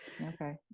Okay